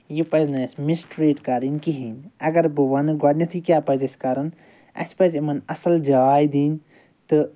یہِ پَزِ نہٕ اَسہِ مِسٹرٛیٖٹ کَرٕنۍ کِہیٖنۍ اگر بہٕ وَنہٕ گۄڈنٮ۪تھٕے کیٛاہ پَزِ اَسہِ کَرُن اَسہِ پَزِ یِمَن اصٕل جاے دِنۍ تہٕ